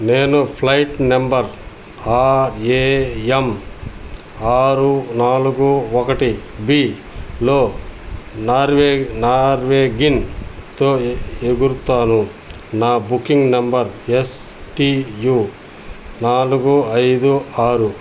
నేను flight number R A M ఆరు నాలుగు ఒకటి బీలో నార్వే నార్వేగిన్తో ఎగురుతాను నా booking number S T U నాలుగు ఐదు ఆరు